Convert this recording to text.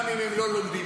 גם אם הם לא לומדים.